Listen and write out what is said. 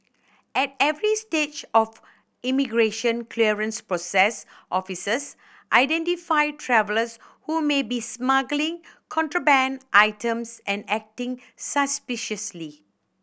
at every stage of immigration clearance process officers identify travellers who may be smuggling contraband items and acting suspiciously